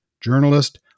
journalist